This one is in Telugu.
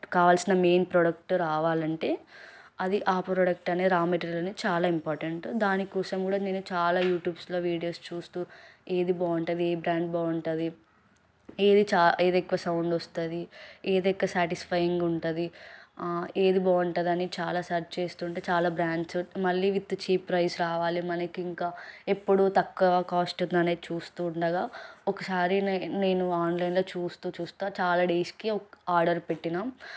కావాల్సిన మెయిన్ ప్రోడక్ట్ రావాలంటే అది ఆ ప్రోడక్ట్ అనేది రా మెటీరియల్ అనేది చాలా ఇంపార్టెంట్ దానికోసం కూడా నేను చాలా యూట్యూబ్స్లో వీడియోస్ చూస్తు ఏది బాగా వుంటుంది ఏ బ్రాండ్ బాగుంటుంది ఏది చా ఏది ఎక్కువ సౌండ్ వస్తుంది ఏది ఎక్కువ శాటిస్ఫైయింగ్గా ఉంటుంది ఏది బాగుంటుందని చాలా సెర్చ్ చేస్తుంటే చాలా బ్రాండ్స్ మళ్ళీ విత్ చీప్ ప్రైస్ రావాలి మనకి ఇంకా ఎప్పుడు తక్కువ కాస్ట్లో చూస్తు ఉండగా ఒకసారి నే నేను ఆన్లైన్లో చూస్తు చూస్తు చాలా డేస్కి ఒక ఆర్డర్ పెట్టినాం